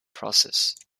processes